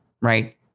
right